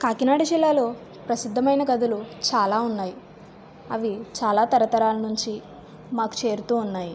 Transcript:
కాకినాడ జిల్లాలో ప్రసిద్ధమైన కథలు చాలా ఉన్నాయి అవి చాలా తరతరాల నుంచి మాకు చేరుతూ ఉన్నాయి